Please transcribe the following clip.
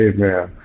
Amen